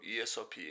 ESOP